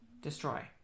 Destroy